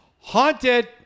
Haunted